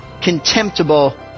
contemptible